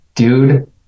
Dude